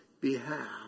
behalf